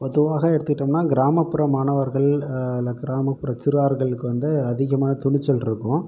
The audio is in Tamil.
பொதுவாக எடுத்துக்கிட்டோம்னால் கிராமப்புற மாணவர்கள் இல்லை கிராமப்புற சிறார்களுக்கு வந்து அதிகமாக துணிச்சல் இருக்கும்